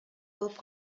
алып